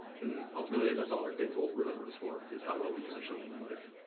ultimately that's all our kids will remember us for is how well we position them in life.